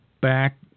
back